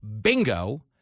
Bingo